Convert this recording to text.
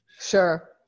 Sure